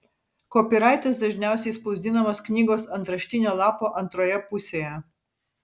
kopiraitas dažniausiai spausdinamas knygos antraštinio lapo antroje pusėje